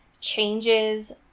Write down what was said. changes